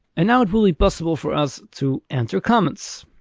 and now it will be possible for us to enter comments.